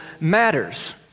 matters